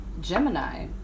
Gemini